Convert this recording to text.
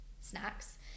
snacks